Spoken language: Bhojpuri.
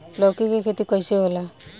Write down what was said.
लौकी के खेती कइसे होला?